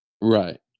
Right